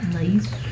Nice